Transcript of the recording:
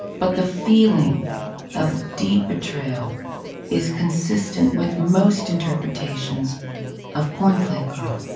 but the feeling of deep betrayal is consistent with most interpretations of cornflake girl.